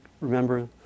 remember